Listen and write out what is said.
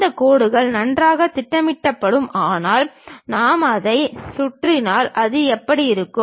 இந்த கோடுகள் நேராக திட்டமிடப்படும் ஆனால் நாம் அதை சுழற்றினால் அது எப்படி இருக்கும்